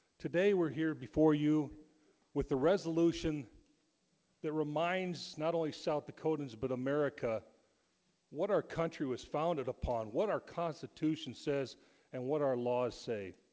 today we're here before you with the resolution that reminds not only south dakotans, but america what our country was founded upon what our constitution says and what our laws say?